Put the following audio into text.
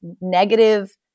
negative